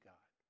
God